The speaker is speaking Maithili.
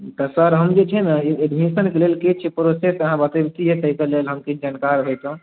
तऽ सर हम जे छै ने एडमिशन लेल किछु प्रोसेस अहाँ बतबतियै ताहिके लेल हम जानकार रहितहुँ